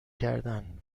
کردن